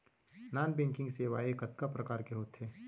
non banking सेवाएं कतका प्रकार के होथे